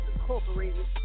Incorporated